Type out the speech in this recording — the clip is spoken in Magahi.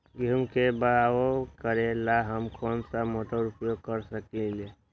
गेंहू के बाओ करेला हम कौन सा मोटर उपयोग कर सकींले?